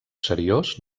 seriós